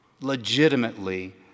Legitimately